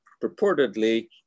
purportedly